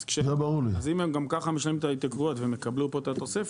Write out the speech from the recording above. אז אם הם גם ככה משלמים את ההתייקרויות והם יקבלו פה את התוספת